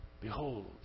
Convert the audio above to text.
Behold